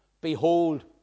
behold